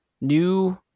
new